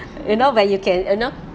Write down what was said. you know when you can you know